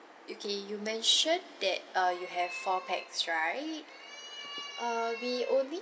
okay you mention that uh you have four pax right err we only